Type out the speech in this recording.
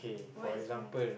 what is life